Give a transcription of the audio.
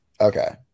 Okay